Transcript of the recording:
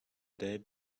day